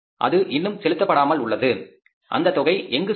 இது இன்னும் செலுத்தப்படாமல் உள்ளது இந்த தொகை எங்கு செல்லும்